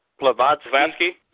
Plavatsky